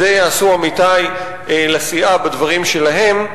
את זה יעשו עמיתי לסיעה בדברים שלהם.